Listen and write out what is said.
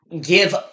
give –